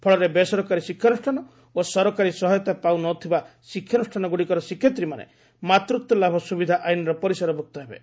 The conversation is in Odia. ଫଳରେ ବେସରକାରୀ ଶିକ୍ଷାନୁଷ୍ଠାନ ଓ ସରକାରୀ ସହାୟତା ପାଉନଥିବା ଶିକ୍ଷାନୁଷ୍ଠାନଗୁଡ଼ିକର ଶିକ୍ଷୟିତ୍ରୀମାନେ ମାତୃତ୍ୱଲାଭ ସୁବିଧା ଆଇନ୍ର ପରିସର ଭୁକ୍ତ ହେବେ